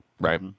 right